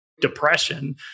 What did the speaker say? depression